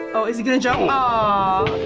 oh, he's gonna jump aww.